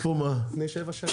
לפני שבע שנים.